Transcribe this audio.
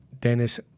Dennis